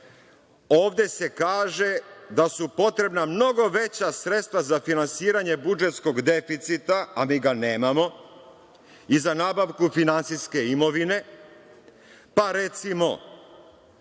ovde se kaže da su potrebna mnogo veća sredstva za finansiranje budžetskog deficita, a mi ga nemamo i za nabavku finansijske imovine. Recimo,